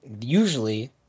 Usually